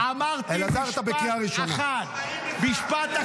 יש כאן ייעוץ משפטי.